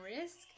risk